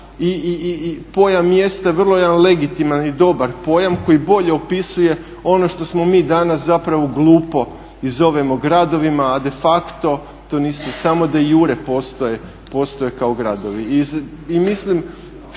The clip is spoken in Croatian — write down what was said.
i pojam mjesta vrlo je legitiman i dobar pojam koji bolje opisuje ono što smo mi danas zapravo glupo i zovemo gradovima a de facto to nisu, samo de jure postoje kao gradovi.